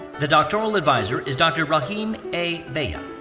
the doctoral advisor is dr. raheem a. beyah.